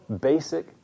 basic